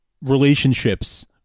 relationships